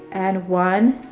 and one,